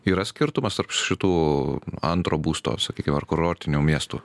yra skirtumas tarp šitų antro būsto sakykim ar kurortinių miestų